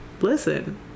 listen